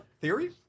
Theory